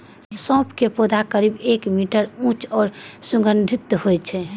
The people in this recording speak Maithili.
सौंफ के पौधा करीब एक मीटर ऊंच आ सुगंधित होइ छै